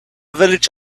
village